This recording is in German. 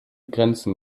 grenzen